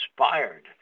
inspired